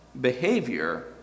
behavior